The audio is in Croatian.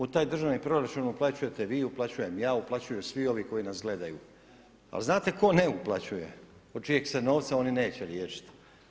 U taj državni proračun uplaćujete vi, uplaćujem ja, uplaćuju svi oni koji nas gledaju, ali znate tko ne uplaćuju, od čijeg se novca oni neće liječiti?